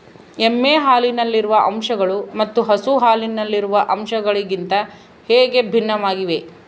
ಎಮ್ಮೆ ಹಾಲಿನಲ್ಲಿರುವ ಅಂಶಗಳು ಮತ್ತು ಹಸು ಹಾಲಿನಲ್ಲಿರುವ ಅಂಶಗಳಿಗಿಂತ ಹೇಗೆ ಭಿನ್ನವಾಗಿವೆ?